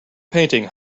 painting